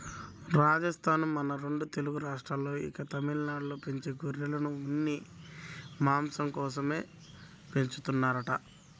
రాజస్థానూ, మన రెండు తెలుగు రాష్ట్రాల్లో, ఇంకా తమిళనాడులో పెంచే గొర్రెలను ఉన్ని, మాంసం కోసమే పెంచుతారంట